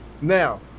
now